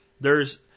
theres